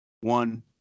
one